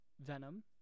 venom